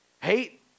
Hate